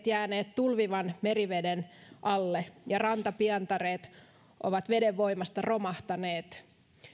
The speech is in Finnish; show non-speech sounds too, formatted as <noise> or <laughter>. <unintelligible> jääneet tulvivan meriveden alle ja rantapientareet ovat veden voimasta romahtaneet